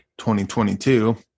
2022